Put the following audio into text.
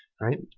right